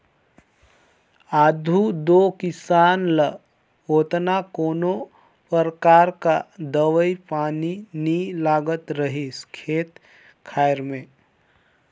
आघु दो किसान ल ओतना कोनो परकार कर दवई पानी नी लागत रहिस खेत खाएर में